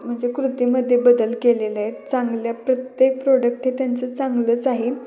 म्हणजे कृतीमध्ये बदल केलेले आहेत चांगल्या प्रत्येक प्रोडक्ट हे त्यांचं चांगलंच आहे